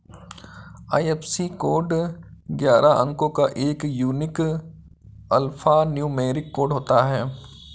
IFSC code ग्यारह अंको का एक यूनिक अल्फान्यूमैरिक कोड होता है